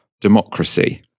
democracy